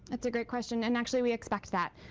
that's a great question. and actually, we expect that.